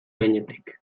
gainetik